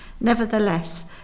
Nevertheless